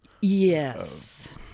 Yes